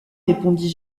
répondit